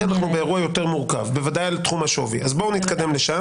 משהו בשליטתו נניח.